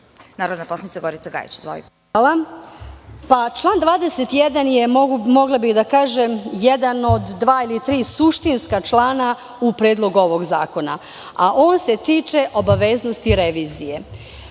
narodna poslanica Gorica Gajić. **Gorica Gajić** Član 21. je, mogla bih da kažem, jedan od dva ili tri suštinska člana u ovom predlogu zakona, a on se tiče obaveznosti revizije.